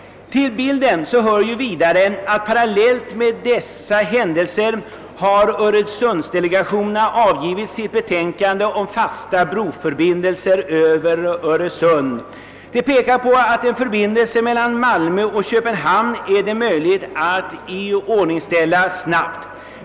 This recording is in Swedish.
Till bilden hör vidare att parallellt med dessa händelser har öresundsdelegationerna avgivit sina betänkanden om fasta broförbindelser över Öresund. De pekar på att det är möjligt att snabbt iordningställa en förbindelse mellan Malmö och Köpenhamn.